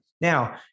Now